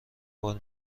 بار